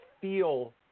feel